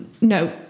No